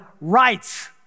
rights